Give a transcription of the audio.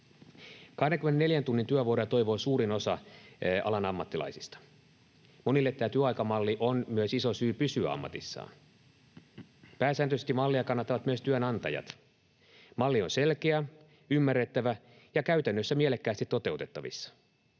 24 tunnin työvuoroja toivoo suurin osa alan ammattilaisista. Monille tämä työaikamalli on myös iso syy pysyä ammatissaan. Pääsääntöisesti mallia kannattavat myös työnantajat. Malli on selkeä, ymmärrettävä ja käytännössä mielekkäästi toteutettavissa.